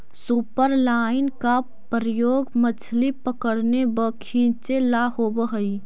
superline का प्रयोग मछली पकड़ने व खींचे ला होव हई